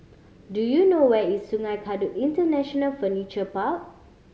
do you know where is Sungei Kadut International Furniture Park